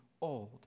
old